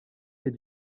fait